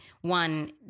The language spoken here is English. One